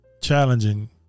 challenging